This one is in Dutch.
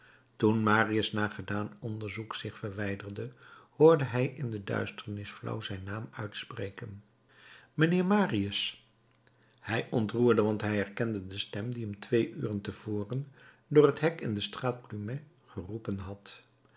toen marius na gedaan onderzoek zich verwijderde hoorde hij in de duisternis flauw zijn naam uitspreken mijnheer marius hij ontroerde want hij herkende de stem die hem twee uren te voren door het hek in de straat plumet geroepen had